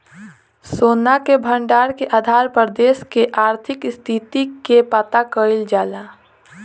सोना के भंडार के आधार पर देश के आर्थिक स्थिति के पता कईल जाला